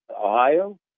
Ohio